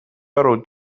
aru